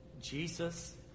Jesus